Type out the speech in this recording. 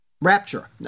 rapture